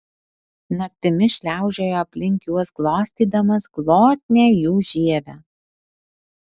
naktimis šliaužiojo aplink juos glostydamas glotnią jų žievę